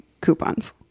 coupons